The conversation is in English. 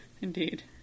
indeed